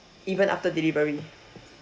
even after delivery